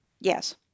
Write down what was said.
Yes